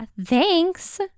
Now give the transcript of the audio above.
thanks